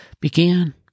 began